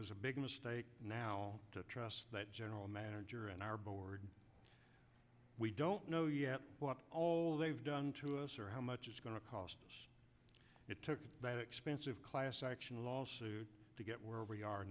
was a big mistake now to trust that general manager and our board we don't know yet what all they've done to us or how much it's going to cost us it took that expensive class action lawsuit to get where we are